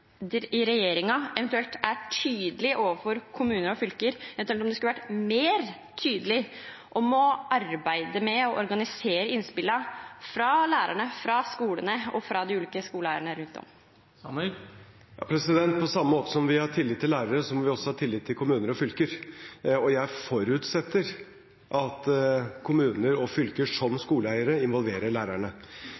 skulle vært mer tydelig i arbeidet med å organisere innspillene fra lærerne, fra skolene og fra de ulike skoleeierne rundt om. På samme måte som vi har tillit til lærere, må vi også ha tillit til kommuner og fylker, og jeg forutsetter at kommuner og fylker som